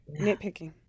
nitpicking